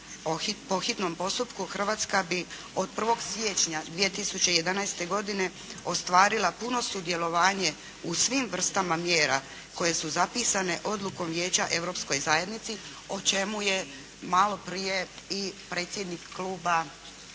po hitnom postupku Hrvatska bi od 1. siječnja 2011. godine ostvarila puno sudjelovanje u svim vrstama mjera koje su zapisane odlukom Vijeća Europskoj zajednici o čemu je malo prije i predsjednik Kluba zastupnika